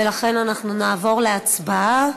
ולכן אנחנו נעבור להצבעה.